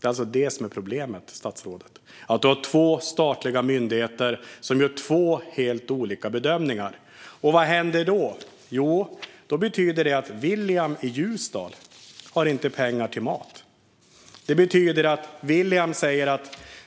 Det är alltså det som är problemet, statsrådet. Du har två statliga myndigheter som gör två helt olika bedömningar. Vad betyder det? Jo, det betyder att William i Ljusdal inte har pengar till mat. William säger: